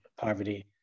poverty